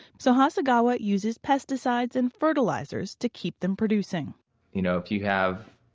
so hasagawa uses pesticides and fertilizers to keep them producing you know, if you have